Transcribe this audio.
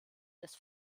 des